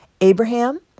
Abraham